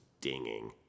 dinging